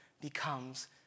becomes